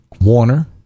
Warner